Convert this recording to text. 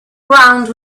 ground